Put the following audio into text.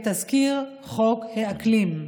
את תזכיר חוק האקלים.